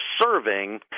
serving